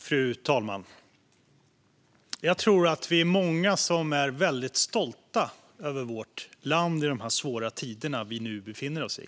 Fru talman! Jag tror att vi är många som är väldigt stolta över vårt land i de svåra tider som vi nu befinner oss i.